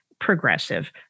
progressive